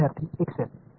विद्यार्थीः